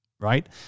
right